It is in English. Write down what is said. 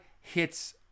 hits